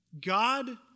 God